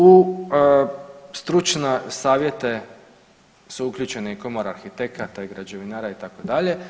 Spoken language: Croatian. U stručne savjete su uključena Komora arhitekata i građevinara itd.